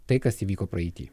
tai kas įvyko praeity